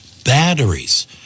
batteries